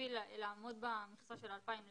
בשביל לעמוד במכסה של 2,000,